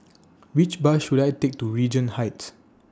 Which Bus should I Take to Regent Heights